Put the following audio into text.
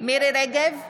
מירי מרים רגב,